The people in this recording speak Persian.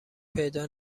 پیدا